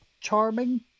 charming